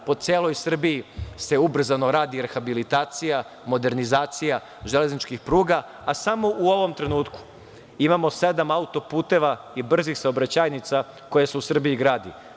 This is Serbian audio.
Po celoj Srbiji se ubrzano radi rehabilitacija, modernizacija železničkih pruga, a samo u ovom trenutku imamo sedam auto-puteva i brzih saobraćajnica koje se u Srbiji grade.